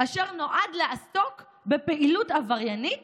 אשר נועד לעסוק בפעילות עבריינית